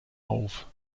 auf